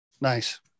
Nice